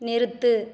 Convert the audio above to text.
நிறுத்து